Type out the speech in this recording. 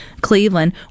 Cleveland